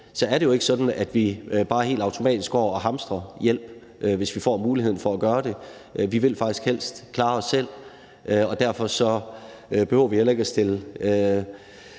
er det jo ikke sådan, at vi bare helt automatisk går og hamstrer hjælp, hvis vi får muligheden for at gøre det. Vi vil faktisk helst klare os selv, og derfor behøver vi heller ikke at stille